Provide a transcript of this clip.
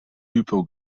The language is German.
hypo